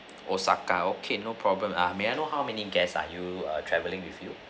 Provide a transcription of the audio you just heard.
osaka okay no problem ah may I know how many guests are you err travelling with you